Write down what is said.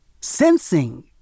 sensing